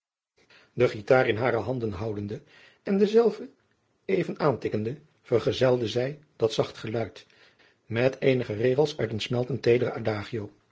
de guitar in hare handen houdende en dezelve even aantikkende vergezelde zij dat zacht geluid met eenige regels uit een smeltend teedere